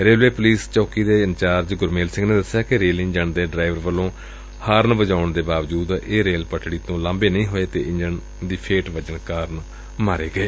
railway police ਦੇ ਚੌਕੀ incharge Gurmel Singh ਨੇ ਦਸਿਆ ਕਿ ਰੇਲ ਇੰਜਣ ਦੇ ਡਰਾਈਵਰ ਵੱਲੋਂ ਹਾਰਨ ਮਾਰਨ ਦੇ ਬਾਵਜੁਦ ਇਹ ਰੇਲ ਪੱਟੜੀ ਤੋਂ ਲਾਂਭੇ ਨਹੀਂ ਹੋਏ ਅਤੇ ਇੰਜਣ ਦੀ ਫੇਟ ਵੱਜਣ ਕਾਰਨ ਮਾਰੇ ਗਏ